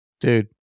dude